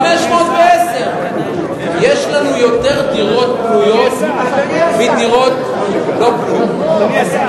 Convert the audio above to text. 510. יש לנו יותר דירות פנויות מדירות לא פנויות,